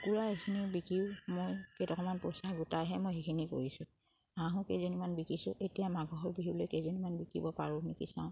কুকুৰা এখিনিও বিকিও মই কেইটামান পইচা গোটাইহে মই সেইখিনি কৰিছোঁ আহোঁ কেইজনীমান বিকিছোঁ এতিয়া মাঘৰ বিহুলৈ কেইজনমান বিকিব পাৰোঁ নেকি চাওঁ